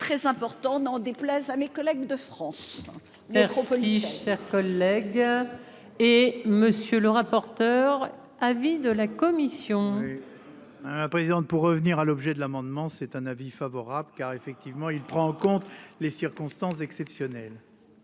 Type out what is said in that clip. très important. N'en déplaise à mes collègues de France. Compagnie chers collègues. Et monsieur le rapporteur. Avis de la commission. La présidente pour revenir à l'objet de l'amendement. C'est un avis favorable car effectivement il prend en compte les circonstances exceptionnelles.